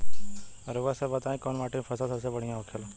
रउआ सभ बताई कवने माटी में फसले सबसे बढ़ियां होखेला?